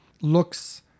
looks